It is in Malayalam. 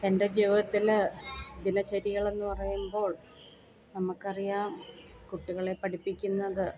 എൻ്റെ ജീവിതത്തിൽ ദിനചര്യകളെന്ന് പറയുമ്പോൾ നമുക്ക് അറിയാം കുട്ടികളെ പഠിപ്പിക്കുന്നത്